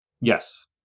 Yes